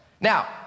Now